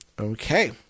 Okay